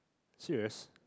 serious